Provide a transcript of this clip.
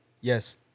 Yes